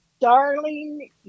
darling